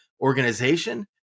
organization